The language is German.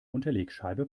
unterlegscheibe